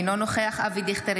אינו נוכח אבי דיכטר,